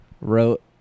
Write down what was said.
wrote